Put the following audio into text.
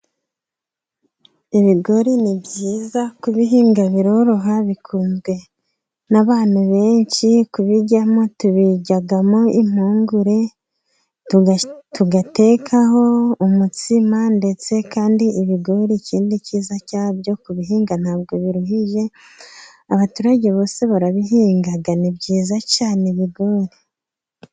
Ibigori ni byiza kubihinga biroroha, bikunzwe n'abantu benshi, kubiryamo tubiryamo impungure, tugatekaho umutsima, ndetse kandi ibigori ikindi kiza cyabyo kubihinga ntabwo biruhije, abaturage bose barabihinga, ni byiza cyane ibigori.